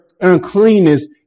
uncleanness